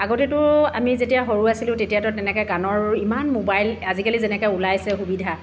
আগতেতো আমি যেতিয়া সৰু আছিলোঁ তেতিয়াতো তেনেকৈ গানৰ ইমান মোবাইল আজিকালি যেনেকৈ ওলাইছে সুবিধা